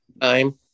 time